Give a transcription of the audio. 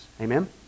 Amen